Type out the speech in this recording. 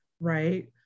right